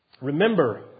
Remember